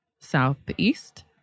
southeast